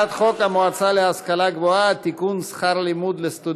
חברי הכנסת, 21